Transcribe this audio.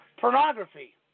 Pornography